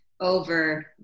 over